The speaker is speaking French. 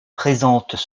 présentent